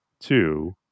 two